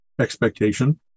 expectation